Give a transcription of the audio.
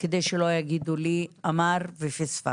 כדי שלא יגידו לי, אמר ופספסת.